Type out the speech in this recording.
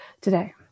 today